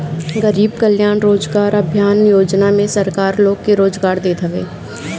गरीब कल्याण रोजगार अभियान योजना में सरकार लोग के रोजगार देत हवे